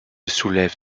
soulève